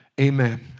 Amen